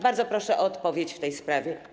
Bardzo proszę o odpowiedź w tej sprawie.